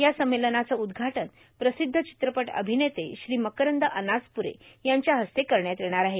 या संमेलनाचं उद्घाटन प्रसिद्ध चित्रपट अभिनेते श्री मकरंद अनासप्रे यांच्या हस्ते करण्यात येणार आहे